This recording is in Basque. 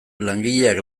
langileak